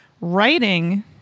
writing